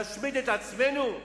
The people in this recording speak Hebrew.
להשמיד את עצמנו?